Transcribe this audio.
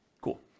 Cool